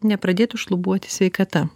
nepradėtų šlubuoti sveikata